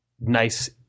nice